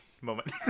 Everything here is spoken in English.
moment